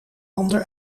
ander